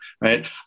right